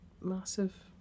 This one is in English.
massive